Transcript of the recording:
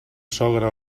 sogra